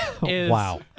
Wow